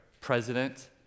president